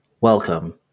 Welcome